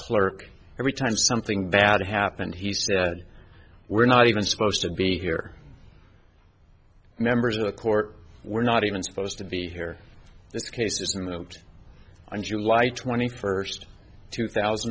clerk every time something bad happened he said we're not even supposed to be here members of the court we're not even supposed to be here this case is in the open on july twenty first two thousand